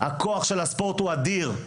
הכוח של הספורט הוא אדיר.